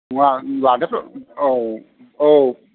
नङा लानायाथ' औ औ